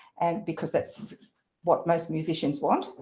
and because that's what most musicians want,